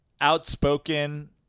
outspoken